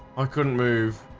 i couldn't move